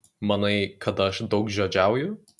manai kad aš daugžodžiauju